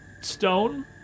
stone